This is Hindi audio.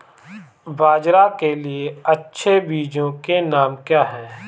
बाजरा के लिए अच्छे बीजों के नाम क्या हैं?